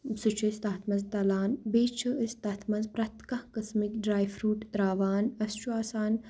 سُہ چھِ أسۍ تَتھ منٛز تَلان بیٚیہِ چھِ أسۍ تَتھ منٛز پرٛٮ۪تھ کانٛہہ قٕسمٕکۍ ڈرٛاے فرٛوٗٹ ترٛاوان اَسہِ چھُ آسان